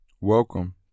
Welcome